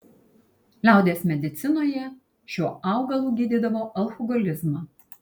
liaudies medicinoje šiuo augalu gydydavo alkoholizmą